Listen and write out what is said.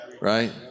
Right